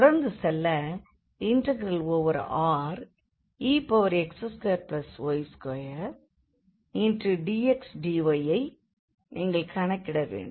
தொடர்ந்து செல்ல ∬Rex2y2dydx ஐ நீங்கள் கணக்கிட வேண்டும்